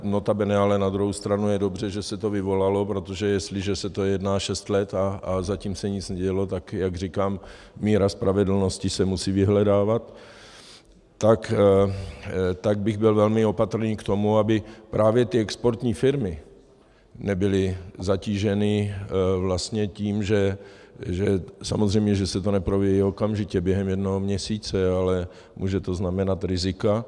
Notabene ale na druhou stranu je dobře, že se to vyvolalo, protože jestliže se o tom jedná šest let a zatím se nic nedělo, tak jak říkám, míra spravedlnosti se musí vyhledávat, tak bych byl velmi opatrný k tomu, aby právě ty exportní firmy nebyly zatíženy vlastně tím, že samozřejmě se to neprojeví okamžitě během jednoho měsíce, ale může to znamenat rizika.